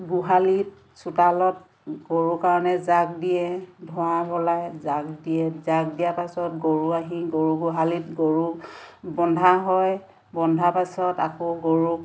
গোহালিত চোতালত গৰু কাৰণে জাকঁ দিয়ে ধোঁৱা বলাই জাক দিয়ে জাক দিয়াৰ পাছত গৰু আহি গৰু গোহালিত গৰু বন্ধা হয় বন্ধাৰ পাছত আকৌ গৰুক